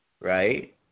right